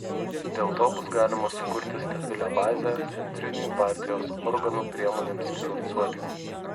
dėl to bus galima sukurti stabilią bazę centrinių partijos organų priemonėms finansuoti